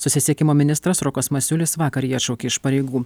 susisiekimo ministras rokas masiulis vakar jį atšaukė iš pareigų